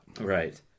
Right